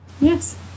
yes